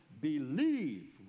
believe